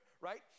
right